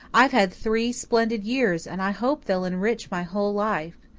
i've had three splendid years and i hope they'll enrich my whole life.